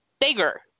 bigger